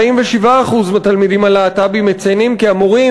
47% מהתלמידים הלהט"בים מציינים כי המורים